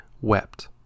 wept